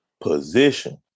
position